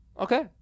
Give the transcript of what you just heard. Okay